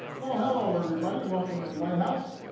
well, hello, everybody. welcome to the white house.